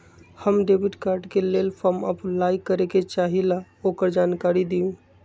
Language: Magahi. हम डेबिट कार्ड के लेल फॉर्म अपलाई करे के चाहीं ल ओकर जानकारी दीउ?